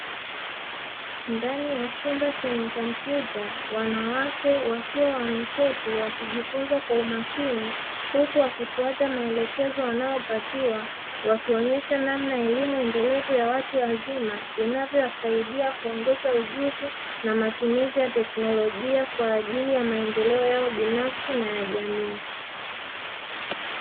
Ndani ya chumba chenye kompyuta, wanawake wakiwa wameketi wakijifunza kwa umakini. Huku wakifuata maelekezo wanayopatiwa, wakionyesha namna ya elimu endelevu ya watu wazima, inavowasaidia kuongeza ujuzi na matumizi ya teknolojia kwa ajili ya maendeleo yao binafsi na ya jamii.